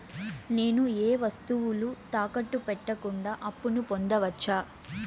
నేను ఏ వస్తువులు తాకట్టు పెట్టకుండా అప్పును పొందవచ్చా?